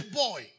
boy